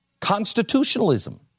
Constitutionalism